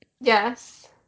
yes